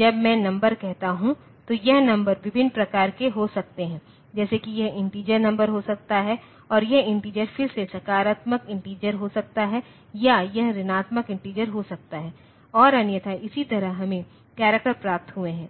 जब मैं नंबर कहता हूं तो यह नंबर विभिन्न प्रकार के हो सकते है जैसे कि यह इन्टिजर नंबर हो सकता है और यह इन्टिजर फिर से सकारात्मक इन्टिजर हो सकता है या यह ऋणात्मक इन्टिजर हो सकता है और अन्यथा इसी तरह हमें करैक्टर प्राप्त हुए हैं